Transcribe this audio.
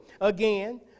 again